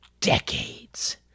decades